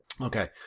Okay